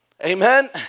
Amen